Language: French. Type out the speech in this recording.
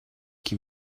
qui